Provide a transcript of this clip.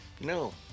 No